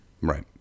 right